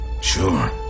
Sure